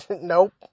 nope